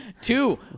Two